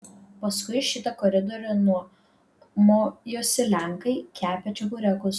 paskui šitą koridorių nuomojosi lenkai kepę čeburekus